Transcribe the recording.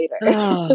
later